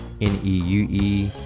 n-e-u-e